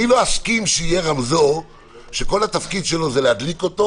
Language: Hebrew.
לא אסכים שיהיה רמזור שכל תפקידו להדליק אותו